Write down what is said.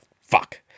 fuck